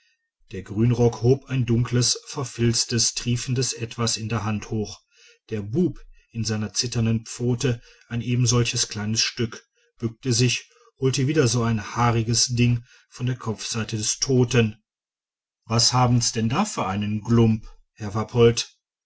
der grünrock hob ein dunkles verfilztes triefendes etwas in der hand hoch der bub in seiner zitternden pfote ein ebensolches kleines stück bückte sich holte wieder so ein haariges ding von der kopfseite des toten was haben's denn da für ein g'lump herr wappolt